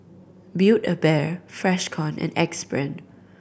Build A Bear Freshkon and Axe Brand